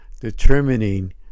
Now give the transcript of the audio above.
determining